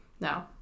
No